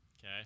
Okay